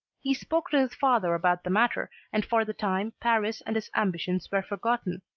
he spoke to his father about the matter, and for the time paris and his ambitions were forgotten.